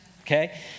okay